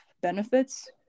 benefits